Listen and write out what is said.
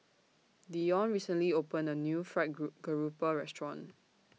Dionne recently opened A New Fried Garoupa Restaurant